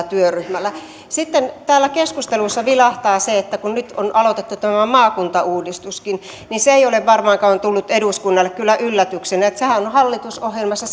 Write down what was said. työryhmällä sitten kun täällä keskusteluissa vilahtaa se että nyt on aloitettu tämä maakuntauudistuskin niin se ei ole varmaankaan tullut eduskunnalle kyllä yllätyksenä että sehän on hallitusohjelmassa